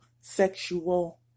sexual